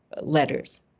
letters